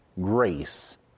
grace